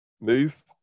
move